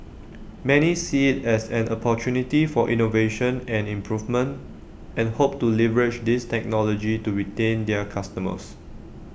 many see as an opportunity for innovation and improvement and hope to leverage this technology to retain their customers